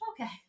okay